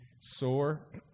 sore